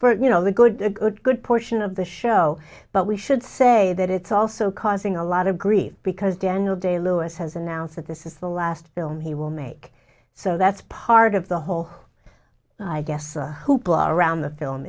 but you know the good good good portion of the show but we should say that it's also causing a lot of grief because daniel day lewis has announced that this is the last film he will make so that's part of the whole i guess our hoopla around the film